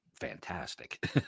fantastic